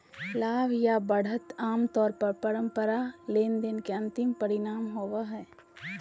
लाभ या बढ़त आमतौर पर परस्पर लेनदेन के अंतिम परिणाम होबो हय